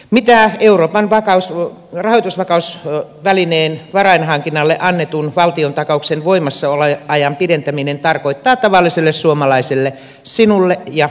mitä euroopan rahoitusvakausvälineen varainhankinnalle annetun valtiontakauksen voimassaoloajan pidentäminen tarkoittaa tavalliselle suomalaiselle sinulle ja minulle